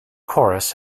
chorus